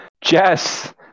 Jess